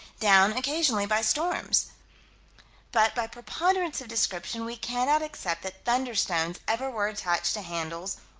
down occasionally by storms but, by preponderance of description, we cannot accept that thunderstones ever were attached to handles,